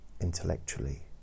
intellectually